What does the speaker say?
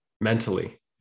mentally